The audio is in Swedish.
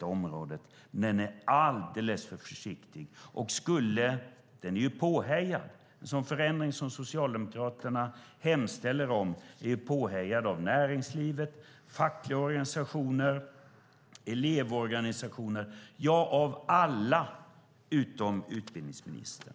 på området. Men den är alldeles för försiktig. Den förändring som Socialdemokraterna hemställer om är påhejad av näringslivet, fackliga organisationer och elevorganisationer - ja, av alla utom utbildningsministern.